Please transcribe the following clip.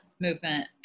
movement